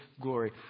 glory